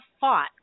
fought